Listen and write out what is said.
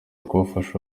kubafasha